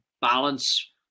balance